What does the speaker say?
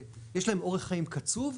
שיש להם אורך חיים קצוב,